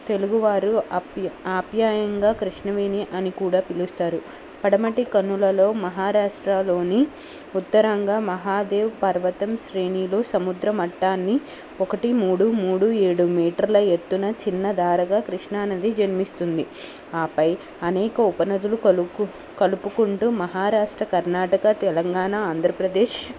తెలుగువారు ఆప్యాయంగా కృష్ణవేణి అని కూడా పిలుస్తారు పడమటి కనుమలలో మహారాష్ట్రలోని ఉత్తరంగా మహాదేవ్ పర్వతం శ్రేణిలు సముద్ర మట్టాన్ని ఒకటి మూడు మూడు ఏడు మీటర్ల ఎత్తున చిన్నధారగా కృష్ణా నది జన్మిస్తుంది ఆపై అనేక ఉపనదులు కలుపుకుంటూ మహారాష్ట్ర కర్ణాటక తెలంగాణ ఆంధ్రప్రదేశ్